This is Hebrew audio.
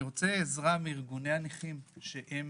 אני רוצה עזרה מארגוני הנכים שהם